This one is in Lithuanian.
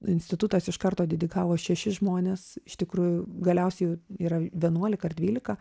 institutas iš karto dedikavo šeši žmonės iš tikrųjų galiausiai yra vienuolika ar dvylika